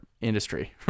industry